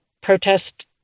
protest